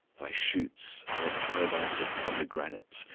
thy shoots are a paradise of pomegranates,